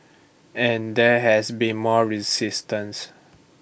and there has been more resistance